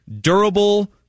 Durable